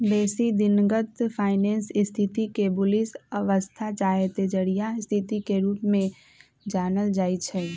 बेशी दिनगत फाइनेंस स्थिति के बुलिश अवस्था चाहे तेजड़िया स्थिति के रूप में जानल जाइ छइ